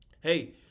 Hey